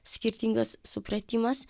skirtingas supratimas